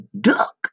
duck